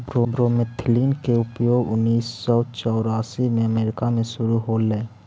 bromethalin के उपयोग उन्नीस सौ चौरासी में अमेरिका में शुरु होलई